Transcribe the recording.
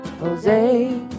Jose